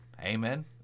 Amen